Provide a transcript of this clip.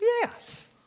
Yes